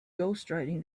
ghostwriting